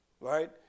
Right